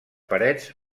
parets